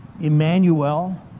Emmanuel